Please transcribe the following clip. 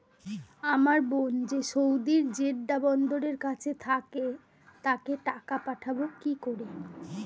আমার বোন যে সৌদির জেড্ডা বন্দরের কাছে থাকে তাকে টাকা পাঠাবো কি করে?